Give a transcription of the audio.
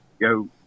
go